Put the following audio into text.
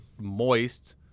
moist